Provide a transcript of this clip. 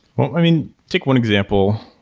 well, i mean, take one example.